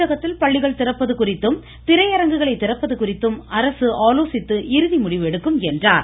தமிழ்நாட்டில் பள்ளிகள் திறப்பது குறித்தும் திரையரங்குகளை திறப்பது குறித்தும் அரசு ஆலோசித்து முடிவெடுக்கும் என்றார்